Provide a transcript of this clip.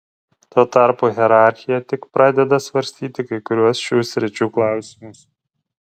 tuo tarpu hierarchija tik pradeda svarstyti kai kuriuos šių sričių klausimus